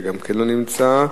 גם לא נמצא.